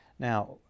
Now